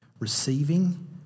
Receiving